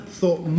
thought